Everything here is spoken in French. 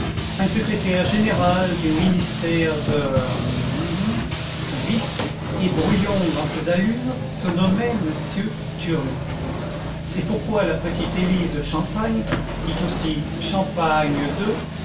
un secrétaire général du ministère de vif et brouillon dans ses allures se nommait m turlu c'est pourquoi la petite élise champagne dite aussi champagne